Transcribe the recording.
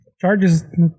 charges